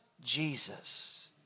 Jesus